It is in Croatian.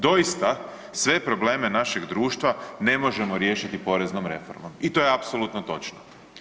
Doista sve probleme našeg društva ne možemo riješiti poreznom reformom i to je apsolutno točno.